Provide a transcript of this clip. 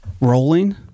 Rolling